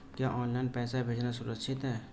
क्या ऑनलाइन पैसे भेजना सुरक्षित है?